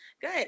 Good